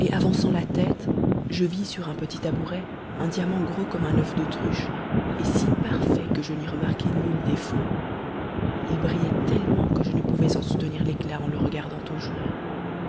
et avançant la tête je vis sur un petit tabouret un diamant gros comme un oeuf d'autruche et si parfait que je n'y remarquai nul défaut il brillait tellement que je ne pouvais en soutenir l'éclat en le regardant